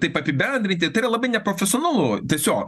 taip apibendrinti tai yra labai neprofesionalu tiesiog